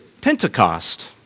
Pentecost